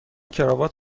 کراوات